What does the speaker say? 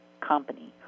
company